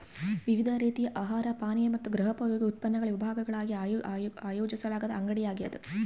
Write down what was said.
ವಿವಿಧ ರೀತಿಯ ಆಹಾರ ಪಾನೀಯ ಮತ್ತು ಗೃಹೋಪಯೋಗಿ ಉತ್ಪನ್ನಗಳ ವಿಭಾಗಗಳಾಗಿ ಆಯೋಜಿಸಲಾದ ಅಂಗಡಿಯಾಗ್ಯದ